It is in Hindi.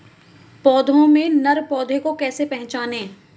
पौधों में नर पौधे को कैसे पहचानें?